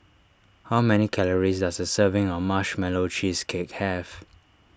how many calories does a serving of Marshmallow Cheesecake have